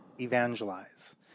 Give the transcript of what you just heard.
evangelize